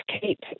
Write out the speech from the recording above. keep